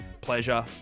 pleasure